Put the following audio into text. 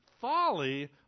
folly